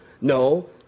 No